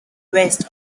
west